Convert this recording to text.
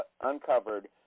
uncovered